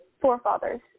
Forefathers